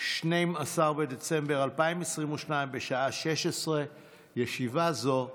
12 בדצמבר 2022, בשעה 16:00. ישיבה זו